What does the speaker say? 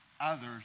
others